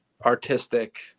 artistic